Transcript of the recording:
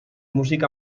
músic